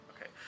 Okay